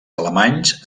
alemanys